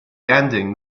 ending